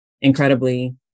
incredibly